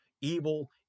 Evil